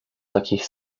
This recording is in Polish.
takich